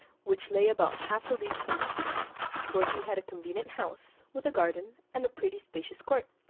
which lay about half a league from the city where he had a convenient house, with a garden, and a pretty spacious court,